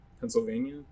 Pennsylvania